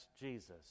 Jesus